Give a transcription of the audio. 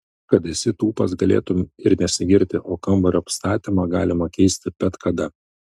kad esi tūpas galėtum ir nesigirti o kambario apstatymą galima keisti bet kada